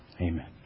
Amen